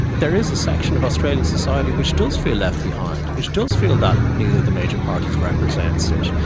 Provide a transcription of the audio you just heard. there is a section of australian society which does feel left behind, which does feel that neither the major parties represents it,